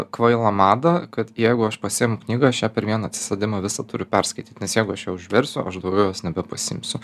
kvailą madą kad jeigu aš pasiimu knygą aš ją per vieną atsisėdimą visą turiu perskaityti nes jeigu aš ją užversiu aš daugiau jos nebepasiimsiu